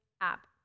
app